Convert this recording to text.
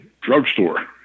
drugstore